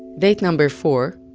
date number four,